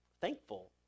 thankful